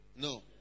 No